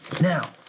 Now